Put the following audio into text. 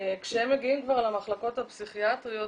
כשהם מגיעים כבר למחלקות הפסיכיאטריות,